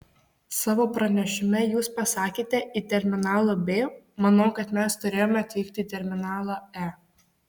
savo pranešime jūs pasakėte į terminalą b manau kad mes turėjome atvykti į terminalą e